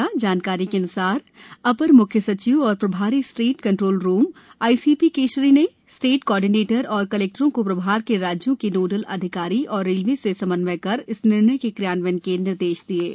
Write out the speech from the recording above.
आधिकारिक जानकारी के अन्सार अपर म्ख्य सचिव एवं प्रभारी state control room I C P Keshari ने स्टेट कॉर्डिनेटर और कलेक्टरों को प्रभार के राज्यों के नोडल अधिकारी एवं रेलवे से समन्वय कर इस निर्णय के क्रियान्वयन के निर्देश दिये है